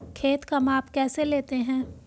खेत का माप कैसे लेते हैं?